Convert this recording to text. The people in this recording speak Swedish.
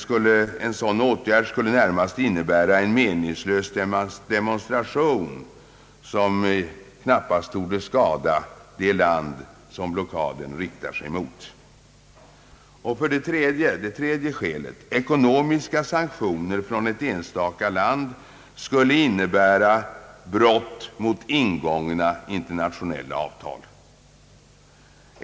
Sådana åtgärder skulle närmast innebära en meningslös demonstration, som knappast torde skada det land som blockaden riktar sig mot. För det tredje skulle ekonomiska sanktioner från ett enstaka lands sida innebära brott mot ingångna internationella avtal.